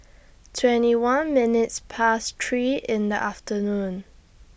twenty one minutes Past three in The afternoon